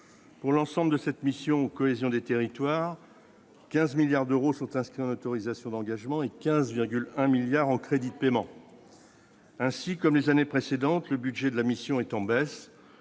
pour l'ensemble de cette mission cohésion des territoires 15 milliards d'euros sont inscrits en autorisations d'engagement et 15,1 milliards en crédits de paiement ainsi comme les années précédentes, le budget de la mission est en baisse,